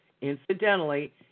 Incidentally